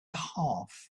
half